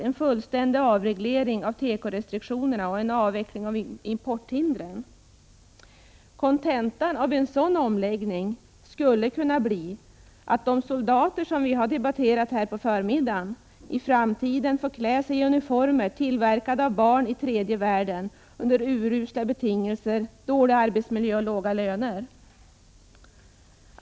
En fullständig avveckling av tekorestriktionerna och importhindren förutspås. Kontentan av en sådan omläggning skulle kunna bli att de soldater som vi har debatterat här på förmiddagen i framtiden får klä sig i uniformer tillverkade av barn i tredje världen under urusla betingelser med dålig arbetsmiljö och låga löner.